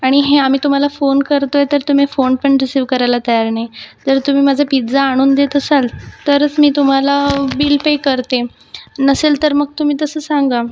आणि हे आम्ही तुम्हाला फोन करतो आहे तर तुम्ही फोण पण रिसीव्ह करायला तयार नाही जर तुम्ही माझं पिझ्झा आणून देत असाल तरच मी तुम्हाला बिल पे करते नसेल तर मग तुम्ही तसं सांगा